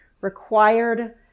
required